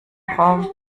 raum